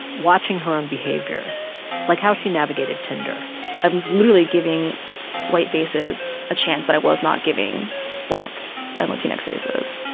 watching her own behavior like how she navigated tinder i was literally giving white faces a chance that i was not giving black and latinx faces